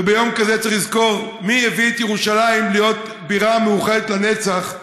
וביום כזה צריך לזכור מי הביא את ירושלים להיות בירה מאוחדת לנצח,